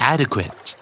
Adequate